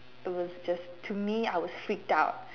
it was just to be I was freaked out